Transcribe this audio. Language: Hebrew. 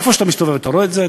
איפה שאתה מסתובב אתה רואה את זה.